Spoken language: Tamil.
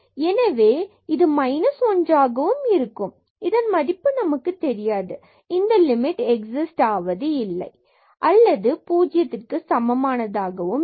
எனவே இது மைனஸ் ஒன்றாகவும் இருக்கும் இதன் மதிப்பு நமக்குத் தெரியாது இந்த லிமிட் எக்ஸிஸ்ட் இல்லை அல்லது இது பூஜ்ஜியத்திற்க்கு சமமானதாகும் இல்லை